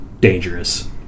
dangerous